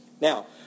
Now